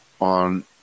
on